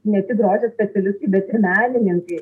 ne tik grožio specialistai bet ir menininkai